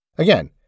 Again